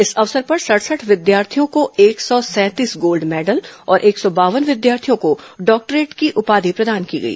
इस अवसर पर सड़सठ विद्यार्थियों को एक सौ सैंतीस गोल्ड मैडल और एक सौ बावन विद्यार्थियों को डॉक्टरेट की उपाधि प्रदान की गई